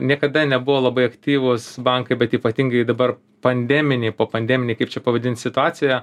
niekada nebuvo labai aktyvūs bankai bet ypatingai dabar pandeminiai po pandeminiai kaip čia pavadint situaciją